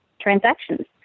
transactions